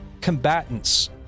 combatants